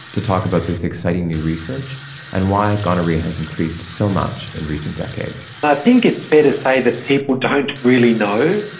to talk about this exciting new research and why gonorrhoea has increased so much in recent decades. i think it's fair to say that people don't really know.